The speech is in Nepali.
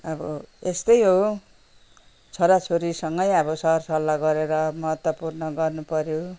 अब यस्तै हो छोरा छोरीसँगै अब सरसल्लाह गरेर अब महत्त्वपूर्ण गर्नुपर्यो